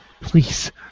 Please